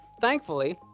Thankfully